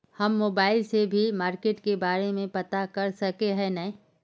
हम मोबाईल से भी मार्केट के बारे में पता कर सके है नय?